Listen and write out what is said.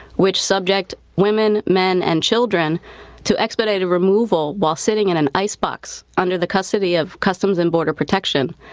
which subject women, men and children to expedited removal while sitting in an ice box under the custody of customs and border protection.